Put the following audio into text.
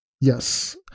Yes